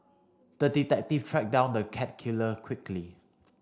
the detective tracked down the cat killer quickly